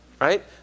right